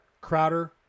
Crowder